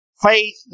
faith